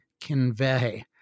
convey